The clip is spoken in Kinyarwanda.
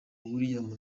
william